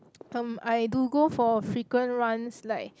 um I do go for frequent runs like